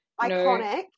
Iconic